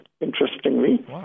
interestingly